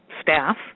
staff